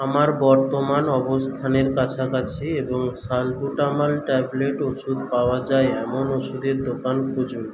আমার বর্তমান অবস্থানের কাছাকাছি এবং সালবুটামল ট্যাবলেট ওষুধ পাওয়া যায় এমন ওষুধের দোকান খুঁজুন